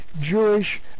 Jewish